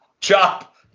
Chop